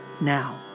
Now